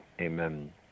Amen